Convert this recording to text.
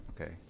Okay